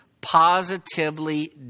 positively